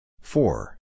four